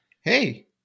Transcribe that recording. Hey